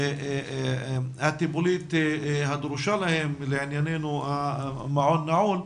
הטיפולית הדרושה שלהם, לענייננו מעון נעול,